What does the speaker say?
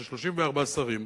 של 34 שרים,